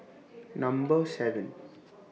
Number seven